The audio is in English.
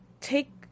take